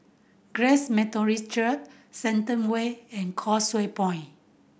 Grace Methodist Church Shenton Way and Causeway Point